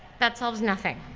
that solves nothing.